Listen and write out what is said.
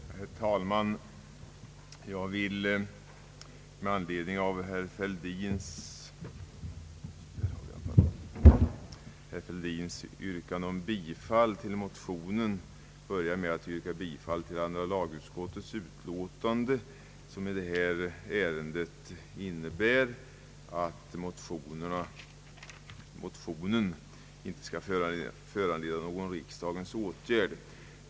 Herr talman! Jag vill med anledning av herr Fälldins yrkande om bifall till motionen börja med att yrka bifall till andra lagutskottets förslag, som i detta ärende innebär att motionen inte skall föranleda någon riksdagens åtgärd.